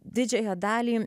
didžiąją dalį